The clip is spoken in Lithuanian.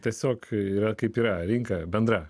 tiesiog yra kaip yra rinka bendra